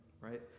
right